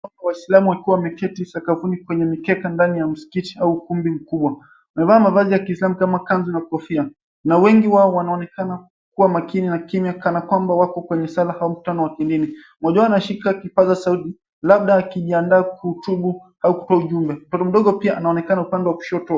Waislamu wakiwa wameketi sakafuni kwenye mkeka ndani ya msikiti au ukumbi mkubwa. Wamevaa mavazi ya kiislamu kama kanzu na kofia na wengi wao wanaonekana kua makini na kimya kana kwamba wako kwenye sala au mkutano wa kidini. Mmoja wao anashika kipaza sauti labda akijiandaa kutubu au kutoa ujumbe. Mtoto mdogo pia anaonekana upande wa kushoto.